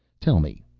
tell me,